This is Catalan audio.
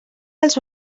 els